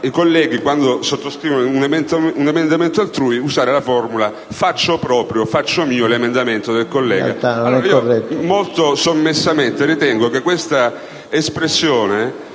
i colleghi, quando sottoscrivono un emendamento altrui, usare la formula «faccio proprio» o «faccio mio» l'emendamento del collega. Molto sommessamente, ritengo allora che questa espressione